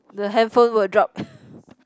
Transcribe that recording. the handphone will drop